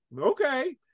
okay